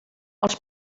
els